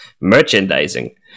Merchandising